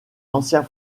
ancien